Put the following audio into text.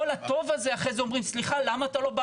כל הטוב הזה אחרי זה אומרים 'סליחה, למה אתה לא בא